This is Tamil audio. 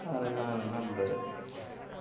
வேற என்ன என்ன பண்ணுறது